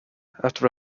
after